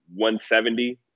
170